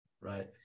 Right